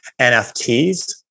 NFTs